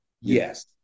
Yes